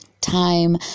time